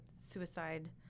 suicide